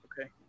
okay